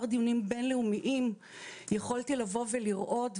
דיונים בין-לאומיים יכולתי לבוא ולראות,